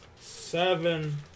seven